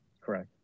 correct